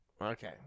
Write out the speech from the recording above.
Okay